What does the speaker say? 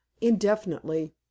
indefinitely